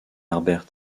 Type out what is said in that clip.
harbert